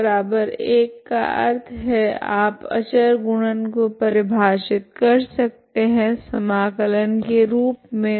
तो w1 का अर्थ है आप अचर गुणन को परिभाषित कर सकते है समाकलन के रूप मे